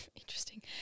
Interesting